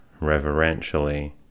reverentially